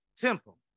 temple